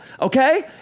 okay